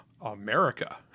America